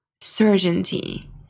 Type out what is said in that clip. certainty